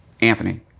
Anthony